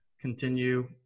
continue